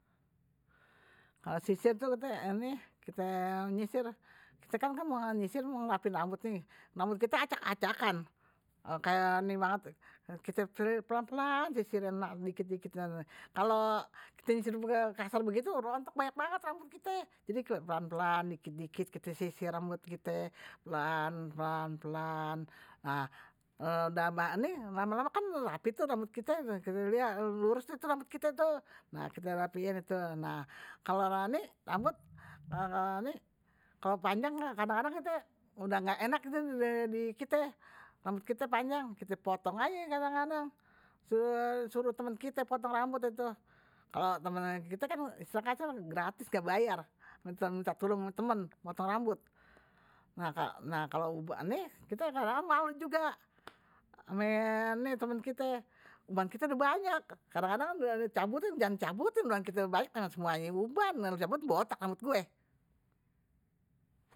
Kalo sisir kite nyisir, kite kan mao nyisir mao ngerapihin rambut nih rambut kite acak- acakan kayak nih banget, kite pelan pelan sisirin dikit dikit, kalo kite sisirin kasar begitu rontok rambut kite banyak banget. jadi pelan pelan dikit dikit kite sisir rambut kite, pelan pelan pelan nah udah nih. lama lama kan rapih tuh rambut kite lurus deh tuh rambut kite, nah kite rapihin kalo rambut kalo panjang rambut kite udah engga enak dikite rambutu kite panjang kite potong aje kadang kadang, suruh temen kite dah tuh potong rambut, kalo temen kite kan istilah kasar gratis kagak bayar. minta minta tolong ame temen potong rambut, nah kalo ini kite kadang kadang malu juga ame temen kite, uban kite udah banyak kadang kadang dicabutin, jangan dicabutin uban kite banyak emang semuanye uban kalo loe cabutin botak rambut gue.